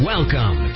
Welcome